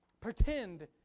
Pretend